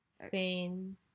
Spain